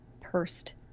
pursed